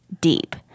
deep